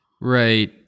right